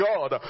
God